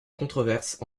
controverses